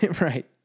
Right